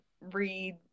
read